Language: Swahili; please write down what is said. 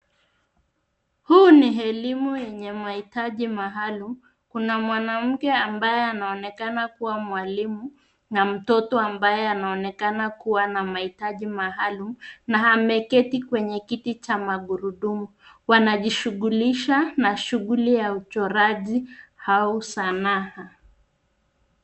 Huu ni elimu yenye mahitaji maalum. Kuna mwanamke ambaye anaonekana kuwa mwalimu, na mtoto ambaye anaonekana kuwa na mahitaji maalum na ameketi kwenye kiti cha magurudumu. Wanajishughulisha na shughuli ya uchoraji au sanaa.